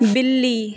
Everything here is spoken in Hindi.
बिल्ली